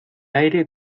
aire